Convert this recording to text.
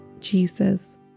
Jesus